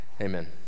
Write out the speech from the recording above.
amen